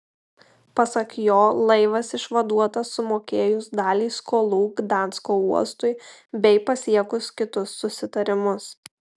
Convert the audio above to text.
pasak jo laivas išvaduotas sumokėjus dalį skolų gdansko uostui bei pasiekus kitus susitarimus